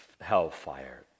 hellfire